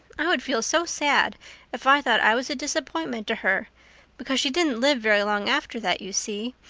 i would feel so sad if i thought i was a disappointment to her because she didn't live very long after that, you see.